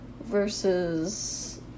versus